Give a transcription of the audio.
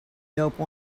dope